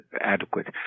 adequate